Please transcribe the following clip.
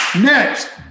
Next